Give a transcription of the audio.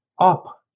up